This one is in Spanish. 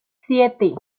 siete